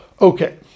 Okay